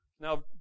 Now